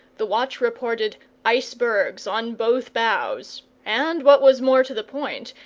the watch reported icebergs on both bows and, what was more to the point,